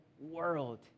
world